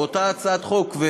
באותה הצעת חוק,